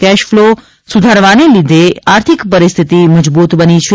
cash flow સુધરવાને લીધે આર્થિક પરિસ્થિતિ મજબૂત બની છે